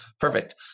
perfect